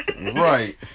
Right